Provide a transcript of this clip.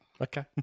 Okay